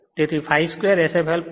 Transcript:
તેથી 5 2 Sfl 0